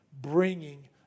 bringing